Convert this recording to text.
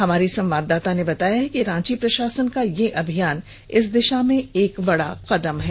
हमारी संवाददाता ने बताया है कि रांची प्रशासन का यह अभियान इस दिशा में एक बडा कदम है